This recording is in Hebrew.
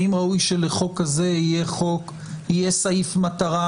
האם ראוי שלחוק כזה יהיה סעיף מטרה